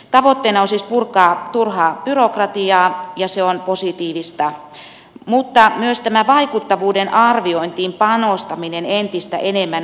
tavoitteena on siis purkaa turhaa byrokratiaa ja se on positiivista mutta myös tämä vaikuttavuuden arviointiin panostaminen entistä enemmän on hyvä asia